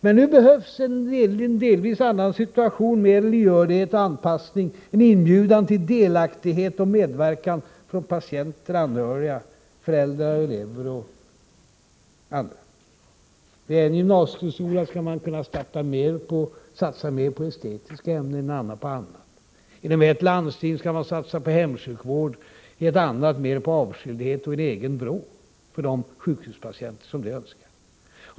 Men nu behövs i en delvis annan situation mer lyhördhet och anpassning, en inbjudan till delaktighet och medverkan från patienter och anhöriga, föräldrar och elever samt andra. I en gymnasieskola skall man kunna satsa mer på estetiska ämnen och i en annan mer på andra ämnen. Inom ett landsting kan man satsa på hemsjukvård, inom ett annat mer på avskildhet och en egen vrå för de sjukhuspatienter som så önskar.